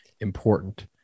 important